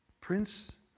Prince